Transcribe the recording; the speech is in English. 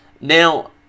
Now